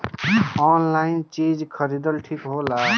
Online चीज खरीदल ठिक होला?